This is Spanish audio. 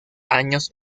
años